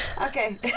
Okay